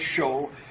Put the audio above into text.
show